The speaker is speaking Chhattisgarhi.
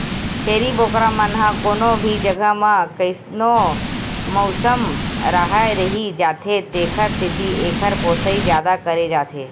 छेरी बोकरा मन ह कोनो भी जघा म कइसनो मउसम राहय रहि जाथे तेखर सेती एकर पोसई जादा करे जाथे